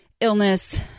illness